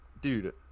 dude